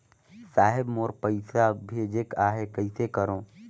साहेब मोर पइसा भेजेक आहे, कइसे करो?